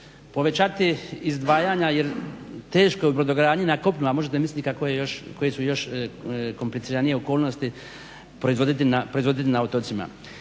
povećati izdvajanja jer teško je brodogradnji na kopnu a možete misliti koji su još kompliciranije okolnosti proizvoditi na otocima.